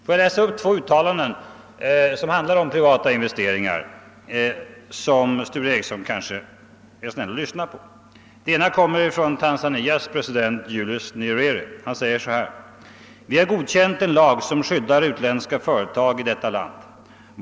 Låt mig läsa upp två uttalanden som handlar om privata investeringar och som Sture Ericson kanske vill lyssna på. Det ena kommer från Tanzanias president, Julius Nyerere, Han säger: »Vi har godkänt en lag som skyddar utländska företag i detta land.